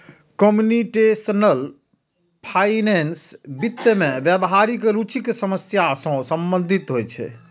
computational finance वित्त मे व्यावहारिक रुचिक समस्या सं संबंधित होइ छै